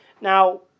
Now